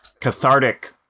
cathartic